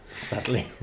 sadly